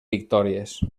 victòries